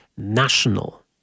National